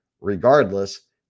regardless